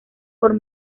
por